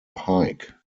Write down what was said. hike